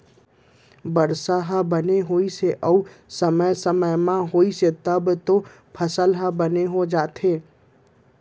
बरसा ह बने होइस अउ समे समे म होइस तब तो फसल ह बने हो जाथे